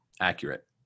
accurate